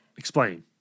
Explain